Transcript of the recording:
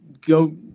go